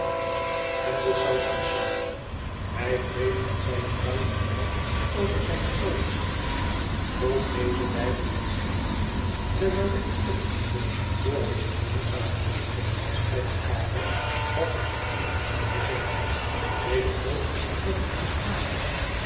en dit zou gaan slaan en hij wreef met zijne ruige mouw over zijne oogen vol medelijden met zijn jammer terwijl ik oplette hoe hij zich langzamerhand tot de pastei bepaalde vatte ik moed om te zeggen ik hoop dat het je smaakt